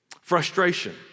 frustration